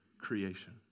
creation